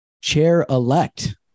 chair-elect